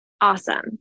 awesome